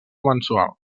mensual